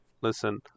listen